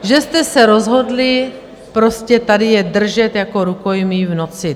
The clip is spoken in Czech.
... že jste se rozhodli prostě tady je držet jako rukojmí v noci.